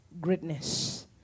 greatness